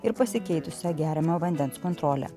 ir pasikeitusią geriamojo vandens kontrolę